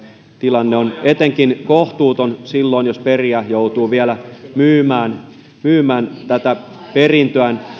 tilanne on kohtuuton etenkin silloin jos perijä joutuu vielä myymään myymään tätä perintöään